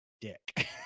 dick